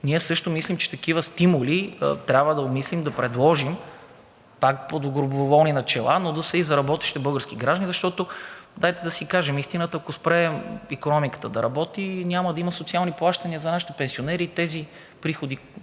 ние също мислим, че за такива стимули трябва да обмислим, да предложим – пак на доброволни начала, но да са и за работещите български граждани. Защото, дайте да си кажем истината, ако спре икономиката да работи, няма да има социални плащания за нашите пенсионери и тези приходи,